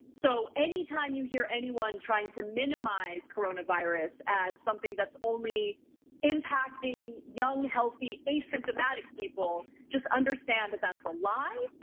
so anytime you hear anyone trying to minimize coronavirus as something that's only impacting young, healthy, asymptomatic people just understand that that's a lie.